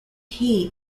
hee